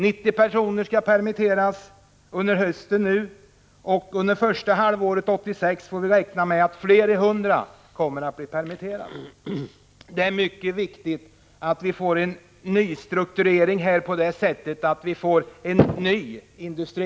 90 personer skall permitteras under hösten, och under det första halvåret 1986 får vi räkna med att flera hundra kommer att bli permitterade. Det är mycket viktigt att det sker en nystrukturering, så att vi får en ny industri.